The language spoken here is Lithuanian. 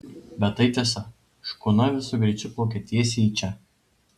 bet tai tiesa škuna visu greičiu plaukia tiesiai į čia